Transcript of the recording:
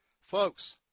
Folks